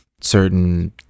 certain